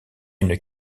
une